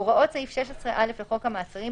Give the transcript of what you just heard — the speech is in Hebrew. הוראות סעיף 16א לחוק המעצרים,